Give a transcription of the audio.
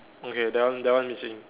okay that one that one missing